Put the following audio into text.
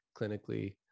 clinically